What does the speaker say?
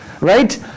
right